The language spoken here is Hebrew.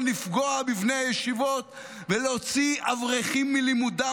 לפגוע בבני הישיבות ולהוציא אברכים מלימודם,